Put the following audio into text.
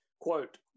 Quote